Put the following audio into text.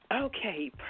Okay